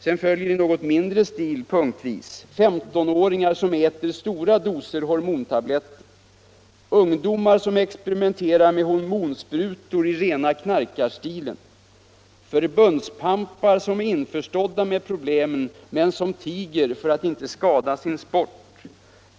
Sedan står det med något mindre stil och punktvis följande: Ungdomar som experimenterar med hormonsprutor i rena knarkarstilen. Förbundspampar som är införstådda med problemen men som tiger för att inte skada sin sport.